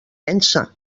pensa